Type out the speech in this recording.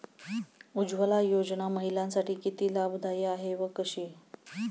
उज्ज्वला योजना महिलांसाठी किती लाभदायी आहे व कशी?